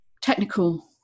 technical